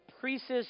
priest's